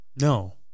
No